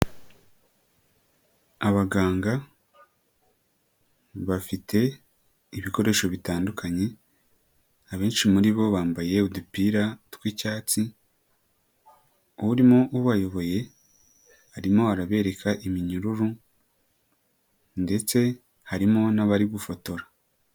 Abaganga, bafite ibikoresho bitandukanye, abenshi muri bo bambaye udupira tw'icyatsi. Urimo ubayoboye, arimo arabereka iminyururu, ndetse harimo n'abari gufotora.